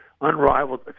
unrivaled